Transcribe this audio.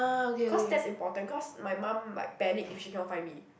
cause that's important cause my mum like panic if she cannot find me